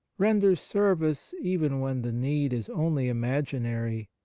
renders service even when the need is only imaginary,